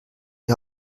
die